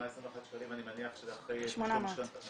800. 121 שקלים, אני מניח שזה אחרי תשלום משכנתא.